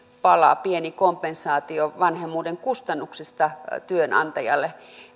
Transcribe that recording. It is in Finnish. pala pieni kompensaatio vanhemmuuden kustannuksista työnantajalle